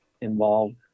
involved